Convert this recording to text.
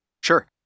Sure